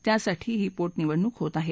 त्यासाठी ही पोटनिवडणूक होत आहे